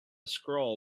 scroll